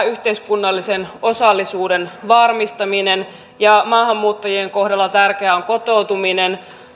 yhteiskunnallisen osallisuuden varmistaminen maahanmuuttajien kohdalla tärkeää on kotoutuminen